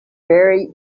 very